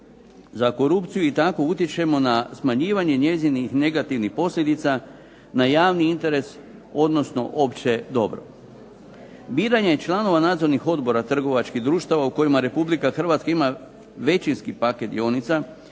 za korupciju i tako utječemo na smanjivanje njezinih negativnih posljedica na javni interesa odnosno opće dobro. Biranje članova nadzornih odbora trgovačkih društava u kojima Republika Hrvatska ima većinski paket dionica